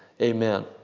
Amen